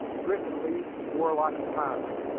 griffin leeds swore like a pirate,